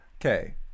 okay